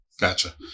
Gotcha